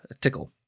tickle